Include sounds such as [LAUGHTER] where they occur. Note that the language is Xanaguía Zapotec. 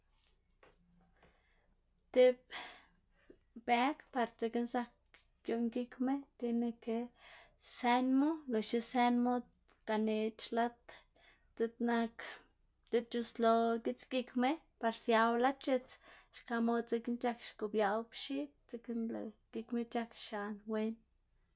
[NOISE] tib bëg par dzekna zak gioꞌn gikma tiene ke sënmu loxna sënmu ganeꞌc̲h̲ lad diꞌt nak diꞌt c̲h̲uslo gitsgikma par siawu lad x̱its, xka mod dzekna c̲h̲ak xgobiaꞌwu pxiꞌd, dzekna lëꞌ gikma c̲h̲ak xiaꞌn wen.